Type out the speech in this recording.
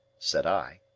said i.